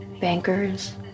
bankers